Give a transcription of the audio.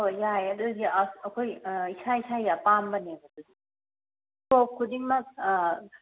ꯍꯣꯏ ꯌꯥꯏ ꯑꯗꯨꯗꯤ ꯑꯁ ꯑꯩꯈꯣꯏ ꯏꯁꯥ ꯏꯁꯥꯒꯤ ꯑꯄꯥꯝꯕꯅꯦꯕ ꯑꯗꯨꯗꯤ ꯀ꯭ꯔꯣꯞ ꯈꯨꯗꯤꯡꯃꯛ